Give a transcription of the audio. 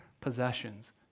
possessions